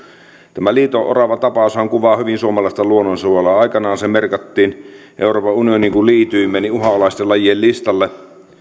tämä liito oravatapaushan kuvaa hyvin suomalaista luonnonsuojelua aikanaan se merkittiin euroopan unioniin kun liityimme uhanalaisten lajien listalle